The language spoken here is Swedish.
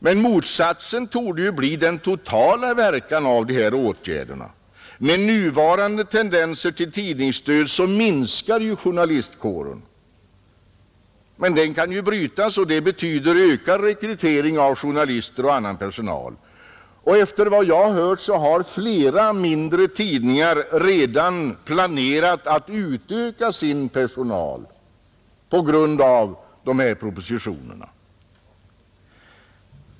Men motsatsen torde bli den totala verkan av dessa åtgärder. Med nuvarande tendenser till tidningsdöd minskar ju journalistkåren, men den utvecklingen kan brytas och det betyder ökad rekrytering av journalister och annan personal. Efter vad jag har hört har flera mindre tidningar redan planer att utöka sin personal på grund av dessa propositioner.